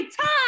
time